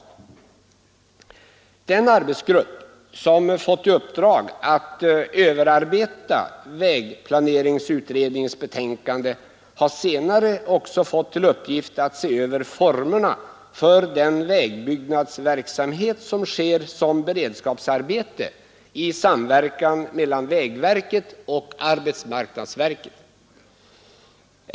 Den arbetsgrupp som fått i uppdrag att överarbeta vägplaneringsutredningens betänkande har senare också fått till uppgift att se över formerna för den vägbyggnadsverksamhet som sker som beredskapsarbete i samverkan mellan vägverket och arbetsmarknadsverket.